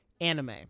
anime